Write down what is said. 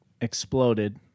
exploded